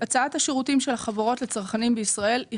הצעת החוק לשירותים של החברות לצרכנים בישראל היא